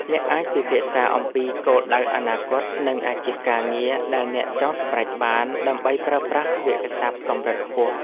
អ្នកអាចពិភាក្សាអំពីគោលដៅអនាគត និងអាជីពការងារដែលអ្នកចង់សម្រេចបាន ដើម្បីប្រើប្រាស់វាក្យសព្ទកម្រិតខ្ពស់។